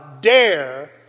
dare